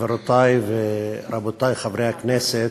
גבירותי ורבותי חברי הכנסת,